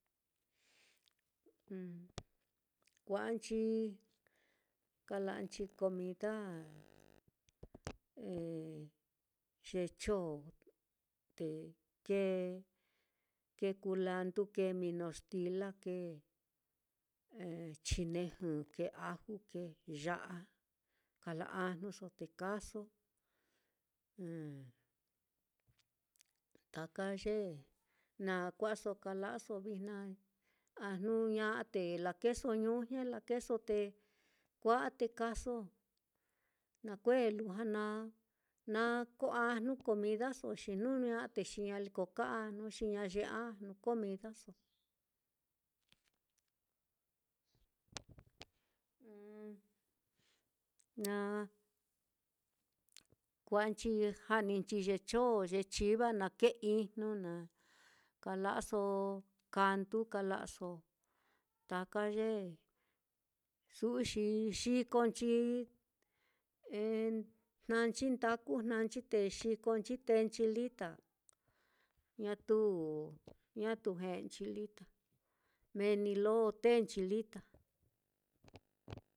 kua'anchi kala'anchi comida ye chon, te kee kee kulandu, kee mino stila, kee chinejɨ, kee aju, kee ya'a, kala ajnuso te kaaso, taka ye na kua'aso kalava'aso vijna, a jnu ña'a te lakee so ñujñe, lakeeso te kua'a te kaaso, na kue lujua na na koo ajnu comidaso, xi jnu ña'a te xi ñaliko kaa ajnu comidaso, xi ña yee ajnu comidaso kua'anchi ja'ninchi ye chon, ye chiva, na kee ijnu naá kala'aso kandu kala'aso, taka ye su'u xi xikonchi jnanchi ndaku jnanchi, te xikonchi tenchi lita, ñatu ñatu chi lita, mee ni tenchi lita